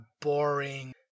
boring